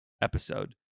episode